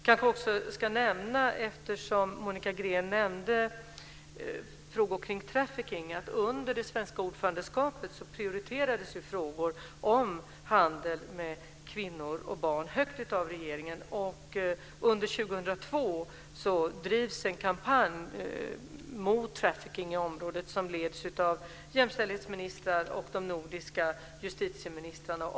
Eftersom Monica Green tog upp frågor kring trafficking kanske jag ska nämna att regeringen under det svenska ordförandeskapet prioriterade frågor om handel med kvinnor och barn. Under 2002 drivs en kampanj mot trafficking i området som leds av jämställdhetsministrar och de nordiska justitieministrarna.